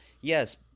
Yes